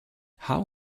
how